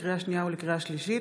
לקריאה שנייה ולקריאה שלישית: